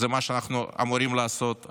זה מה שאנחנו אמורים לעשות.